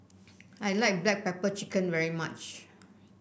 I like Black Pepper Chicken very much